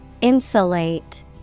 Insulate